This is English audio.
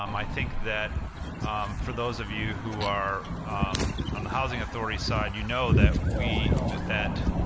um i think that for those of you who are on the housing authority's side, you know that we that that